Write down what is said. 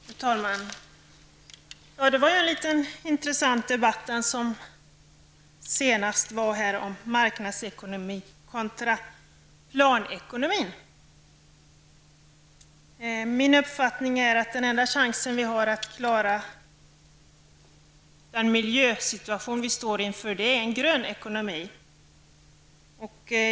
Fru talman! Det var en intressant liten debatt om marknadsekonomi kontra planekonomi. Min uppfattning är att vår enda chans att klara den miljösituation som vi står inför är att införa en grön ekonomi.